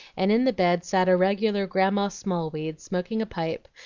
and in the bed sat a regular grandma smallweed smoking a pipe,